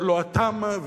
לא התם,